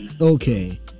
okay